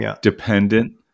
dependent